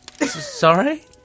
sorry